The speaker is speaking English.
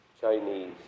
Chinese